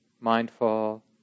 mindful